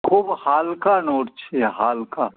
খুব হালকা নড়ছে হালকা